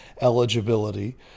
eligibility